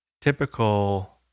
typical